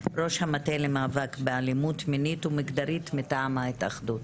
ראש המטה למאבק באלימות מינית ומגדרית מטעם ההתאחדות,